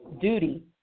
duty